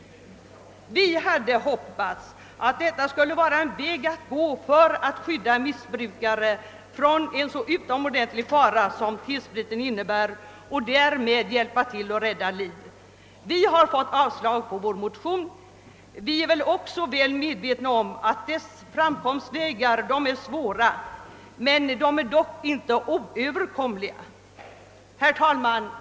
Vi hade hoppats att detta skulle vara ett medel att skydda missbrukare från en så utomordentlig fara som T-spriten innebär och att man därmed skulle hjälpa till att rädda liv. Vi har fått avslag på vår motion. Vi är också väl medvetna om att dessa framkomstvägar är svåra men dock inte oöverkomliga. Herr talman!